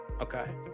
Okay